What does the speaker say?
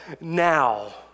now